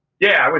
yeah,